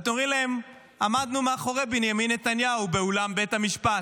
ואתם אומרים להם: עמדנו מאחורי בנימין נתניהו באולם בית המשפט?